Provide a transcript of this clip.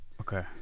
okay